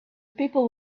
people